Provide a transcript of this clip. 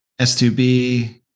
S2B